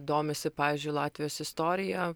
domisi pavyzdžiui latvijos istorija